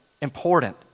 important